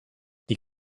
die